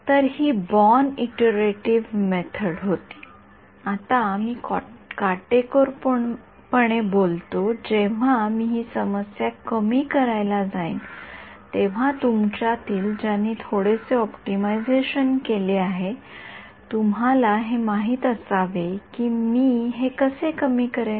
तर ही born iterative method होती आता मी काटेकोरपणे बोलतो जेव्हा मी ही समस्या कमी करायला जाईन तेव्हा तुमच्यातील ज्यांनी थोडेसे ऑप्टिमायझेशन केले आहे तुम्हाला हे माहित असावे की मी हे कसे कमी करेल